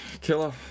Killer